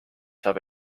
saab